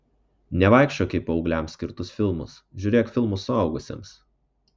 nevaikščiok į paaugliams skirtus filmus žiūrėk filmus suaugusiems